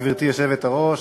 גברתי היושבת-ראש,